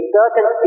certain